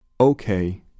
Okay